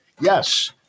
yes